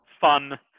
fun